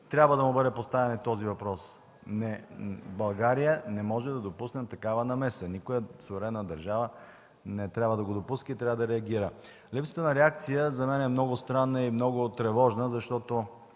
трябва да му бъде поставян и този въпрос. България не може да допусне такава намеса, никоя суверенна държава не трябва да го допуска и трябва да реагира. Липсата на реакция за мен е много странна и много тревожна, защото